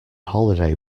holiday